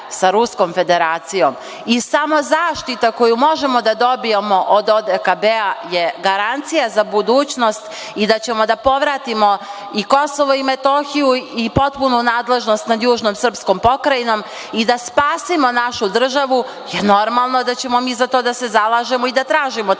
i samo zaštita koju možemo da dobijemo od ODKB je garancija za budućnost i da ćemo da povratimo i KiM i potpunu nadležnost nad južnom srpskom pokrajinom i da spasimo našu državu, jer normalno da ćemo za to da se zalažemo i da tražimo takvo